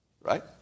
Right